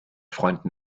freunden